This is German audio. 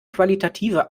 qualitative